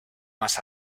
más